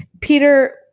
Peter